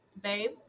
babe